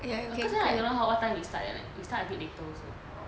ya okay so I don't know how what time we start eh like we start a bit later also